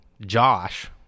josh